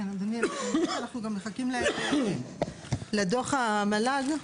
אדוני, אנחנו מחכים לדוח המל"ג.